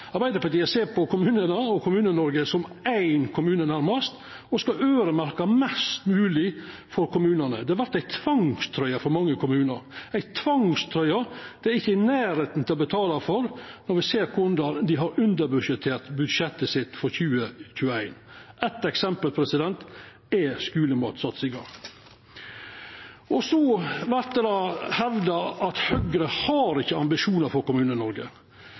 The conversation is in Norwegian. Arbeidarpartiet ser på kommunane og Kommune-Noreg nærmast som éin kommune og skal øyremerkja mest mogleg for kommunane. Det vert ei tvangstrøye for mange kommunar, ei tvangstrøye dei ikkje er i nærleiken av å betala for, når me ser korleis dei har underbudsjettert budsjettet sitt for 2021. Eitt eksempel er skulematsatsinga. Så vert det hevda at Høgre ikkje har ambisjonar for